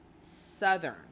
Southern